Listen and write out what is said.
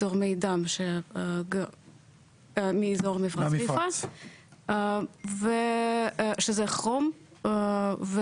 בתורמי הדם מאזור מפרץ חיפה שזה כרום ועופרת.